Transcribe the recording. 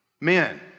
men